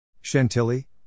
Chantilly